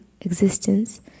existence